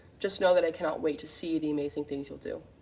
just now that i cannot wait to see the amazing things you'll do.